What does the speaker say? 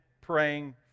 praying